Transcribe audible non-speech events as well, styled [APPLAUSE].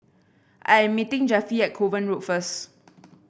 I'm meeting Jeffie at Kovan Road first [NOISE]